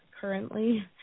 currently